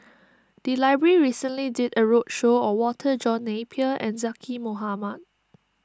the library recently did a roadshow on Walter John Napier and Zaqy Mohamad